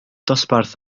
dosbarth